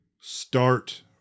start